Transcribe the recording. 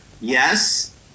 Yes